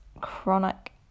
chronic